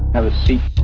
have a seat.